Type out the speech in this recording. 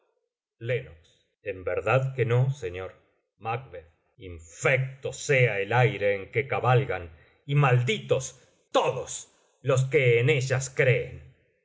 len en verdad que no señor macb infecto sea el aire en que cabalgan y malditos todos los que en ellas creen